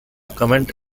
comment